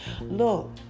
Look